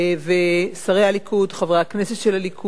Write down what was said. ושרי הליכוד, חברי הכנסת של הליכוד,